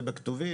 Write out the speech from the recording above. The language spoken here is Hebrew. זה בכתובים.